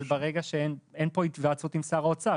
אבל ברגע שאין פה היוועצות עם שר האוצר,